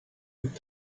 und